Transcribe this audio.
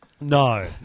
No